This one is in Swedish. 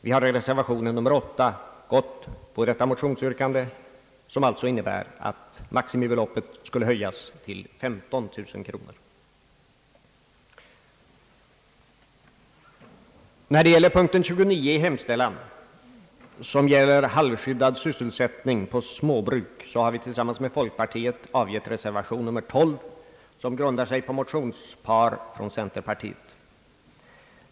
Vi har i reservation nr 8 gått på detta motionsyrkande, som alltså innebär att maximibeloppet skall höjas från 12000 kronor till 15 000 kronor. I punkten 29 i hemställan, som gäller halvskyddad sysselsättning på småbruk, har vi tillsammans med folkpartiet avgett reservation nr 12, som grundar sig på ett motionspar från centerpartiet.